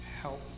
help